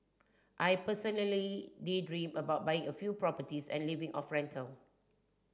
I personally daydream about buying a few properties and living off rental